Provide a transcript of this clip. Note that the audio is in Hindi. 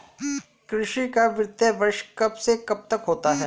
कृषि का वित्तीय वर्ष कब से कब तक होता है?